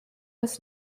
was